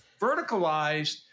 verticalized